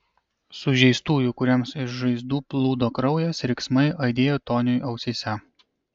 sužeistųjų kuriems iš žaizdų plūdo kraujas riksmai aidėjo toniui ausyse